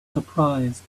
surprised